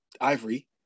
Ivory